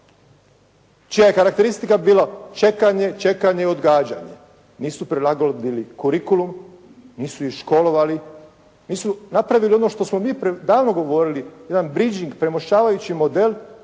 čija je karakteristika bila čekanje, čekanje i odgađanje. Nisu prilagodili kurikulum, nisu ih školovali, nisu napravili ono što smo mi davno govorili, jedan bridging, premošćavajući model